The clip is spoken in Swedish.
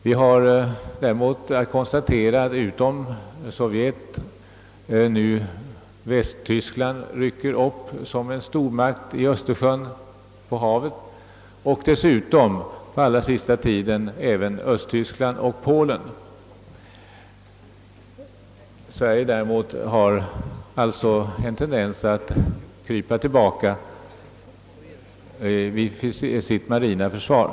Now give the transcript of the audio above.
Vi kan däremot konstatera att utom Sovjet även Västtyskland nu rycker upp som en stormakt i Östersjön och dessutom på allra senaste tiden också Östtyskland och Polen. Sverige däremot har en tendens att gå tillbaka när det gäller det marina försvaret.